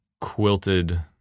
quilted